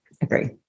agree